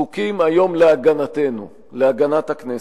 זקוקים היום להגנתנו, להגנת הכנסת.